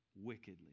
wickedly